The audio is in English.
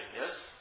yes